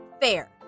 Fair